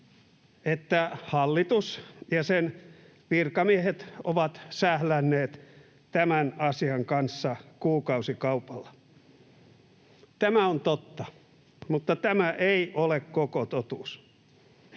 että hallitus ja sen virkamiehet ovat sählänneet tämän asian kanssa kuukausikaupalla. Tämä on totta, mutta tämä ei ole koko totuus.